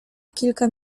kilka